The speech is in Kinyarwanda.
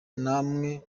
namwe